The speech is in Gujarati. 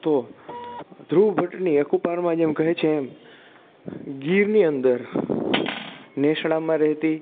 તો ધ્રુવ ભટ્ટની અકુપારમાં જેમ કહે છે એમ ગીરની અંદર નેશડામાં રહેતી